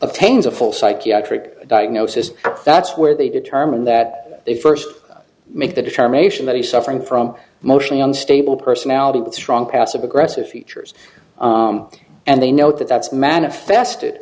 attains a full psychiatric diagnosis that's where they determined that they first make the determination that he's suffering from mostly unstable personality with strong passive aggressive features and they note that that's manifested